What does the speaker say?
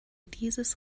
dieses